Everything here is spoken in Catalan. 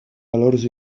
valors